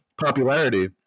popularity